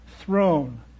throne